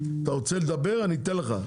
אתה רוצה לדבר אני אתן לך,